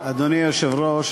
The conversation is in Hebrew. אדוני היושב-ראש,